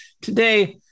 today